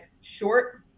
short